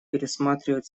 пересматривают